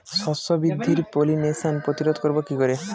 শস্য বৃদ্ধির পলিনেশান প্রতিরোধ করব কি করে?